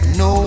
no